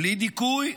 בלי דיכוי,